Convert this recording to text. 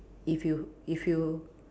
if you if you